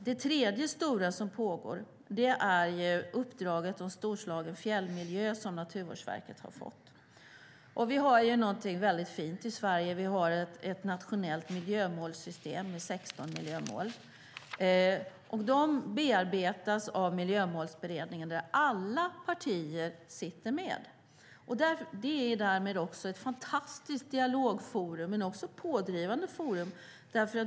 Det tredje stora som pågår är uppdraget om Storslagen fjällmiljö, som Naturvårdsverket har fått. Vi har något väldigt fint i Sverige. Vi har nämligen ett nationellt miljömålssystem med 16 miljömål. De bearbetas av Miljömålsberedningen, där alla partier är med. Det är därmed också ett fantastiskt dialogforum och också ett pådrivande forum.